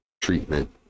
treatment